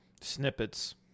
Snippets